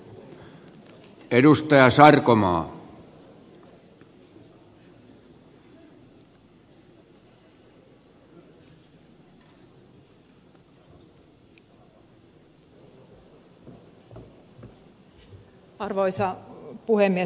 arvoisa puhemies